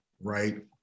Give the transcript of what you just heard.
right